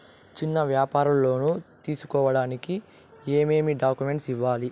చిన్న వ్యాపారులు లోను తీసుకోడానికి ఏమేమి డాక్యుమెంట్లు ఇవ్వాలి?